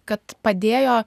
kad padėjo